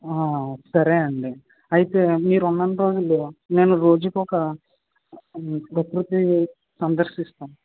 ఆ సరే అండి అయితే మీరు ఉన్న అన్ని రోజులు నేను రోజుకి ఒక ప్రకృతి సందర్శిస్తాను